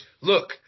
look